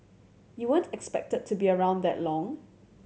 you weren't expected to be around that long